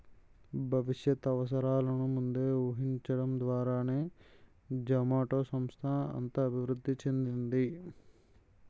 భవిష్యత్ అవసరాలను ముందే ఊహించడం ద్వారానే జొమాటో సంస్థ అంత అభివృద్ధి చెందింది